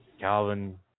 Calvin